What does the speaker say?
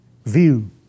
View